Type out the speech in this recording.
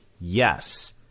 yes